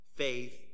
Faith